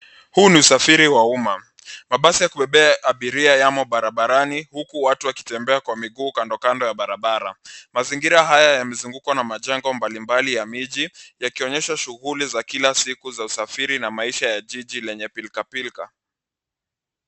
Huu ni usafiri wa umma. Mabasi ya kubebea abiria yamo barabarani uku watu wakitembea kwa miguu kando ya barabara. Mazingira haya yamezungukwa na majengo mbalimbali ya miji yakionyesha shughuli za kila siku za usafiri na maisha ya jiji lenye pilkapilka.